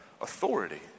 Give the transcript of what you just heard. authority